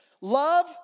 love